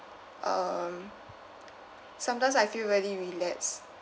um sometimes I feel very relax